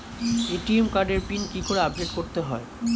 ATM কার্ডের pin কি করে আপডেট করতে হয়?